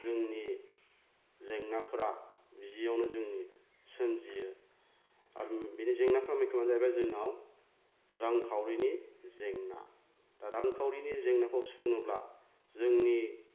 जोंनि जेंनाफ्रा बिदिआव जोंनि सोमजियो आरो बेनि जेंनाफोरनि मेन खारना जाहैबाय जोंनाव रांखावरिनि जेंना दा रांखावरिनि जेंनाखौ सुफुंनोब्ला जोंनि